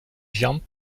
giants